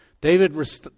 David